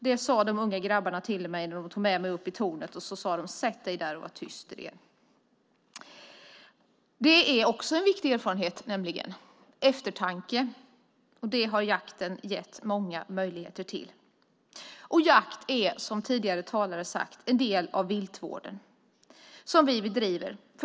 Det sade de unga grabbarna till mig när de tog med mig upp i tornet. De sade: Sätt dig där och var tyst, Irene! Eftertanke är nämligen också en viktig erfarenhet. Det har jakten gett många möjligheter till. Jakt är, som tidigare talare har sagt, en del av viltvården som vi bedriver.